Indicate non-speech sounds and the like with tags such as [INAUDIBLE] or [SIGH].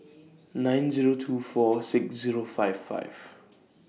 [NOISE] nine Zero two four six Zero five five